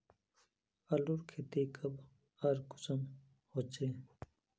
आलूर खेती कब आर कुंसम होचे?